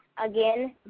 Again